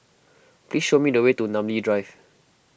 please show me the way to Namly Drive